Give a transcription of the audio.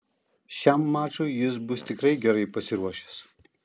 šiam mačui jis bus tikrai gerai pasiruošęs